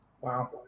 wow